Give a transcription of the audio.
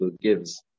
gives